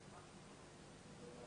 מה קורה עם המיטות?